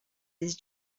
his